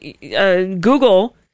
Google